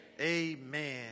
amen